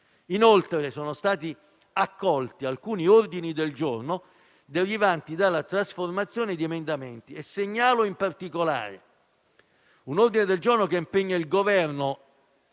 Inoltre, sono stati accolti alcuni ordini del giorno derivanti dalla trasformazione di emendamenti. Segnalo, in particolare, un ordine del giorno che impegna il Governo